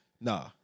Nah